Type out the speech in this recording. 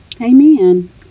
amen